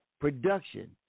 production